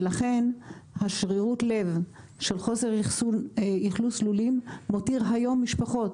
לכן שרירות הלב של חוסר אכלוס לולים מותיר היום משפחות,